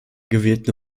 gewählten